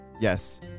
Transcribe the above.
yes